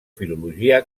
filologia